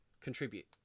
contribute